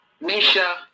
Misha